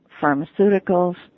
pharmaceuticals